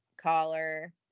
collar